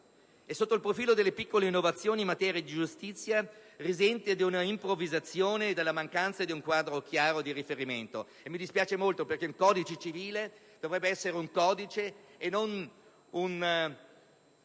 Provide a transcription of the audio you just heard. e sotto il profilo delle piccole innovazioni in materia di giustizia esso risente di improvvisazione e della mancanza di un quadro chiaro di riferimento. Mi dispiace molto di questo perché il codice civile non dovrebbe essere una normativa